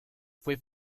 fue